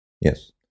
yes